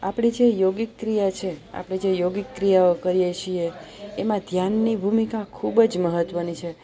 આપણી જે યોગીક ક્રિયા છે આપણે જે યોગીક ક્રિયાઓ કરીએ છીએ એમાં ધ્યાનની ભૂમિકા ખૂબ જ મહત્ત્વની છે